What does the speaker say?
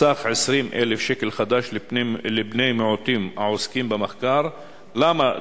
בסך 20,000 ש"ח חדש לבני מיעוטים העוסקים במחקר" א.